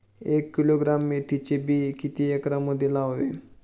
एक किलोग्रॅम मेथीचे बी किती एकरमध्ये लावावे?